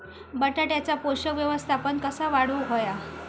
बटाट्याचा पोषक व्यवस्थापन कसा वाढवुक होया?